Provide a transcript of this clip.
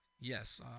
Yes